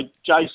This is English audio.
Jason